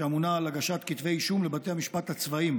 שממונה על הגשת כתבי אישום לבתי המשפט הצבאיים